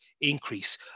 increase